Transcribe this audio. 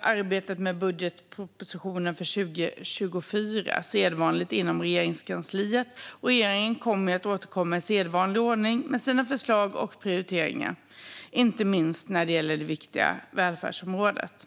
Arbetet med budgetpropositionen för 2024 pågår inom Regeringskansliet. Regeringen kommer att återkomma i sedvanlig ordning med sina förslag och prioriteringar, inte minst för det viktiga välfärdsområdet.